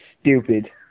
stupid